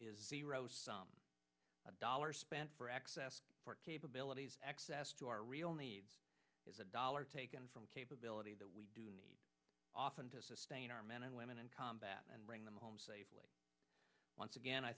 is a dollar spent for access capabilities access to our real needs is a dollar taken from capability that we do need often to sustain our men and women in combat and bring them home safely once again i